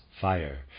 fire